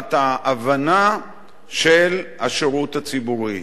תחת ההבנה של השירות הציבורי.